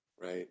Right